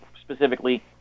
specifically